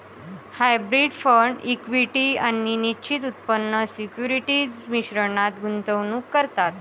hybrid fund equity आणि निश्चित उत्पन्न सिक्युरिटीज मिश्रणात गुंतवणूक करतात